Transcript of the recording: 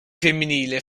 femminile